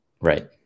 Right